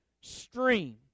stream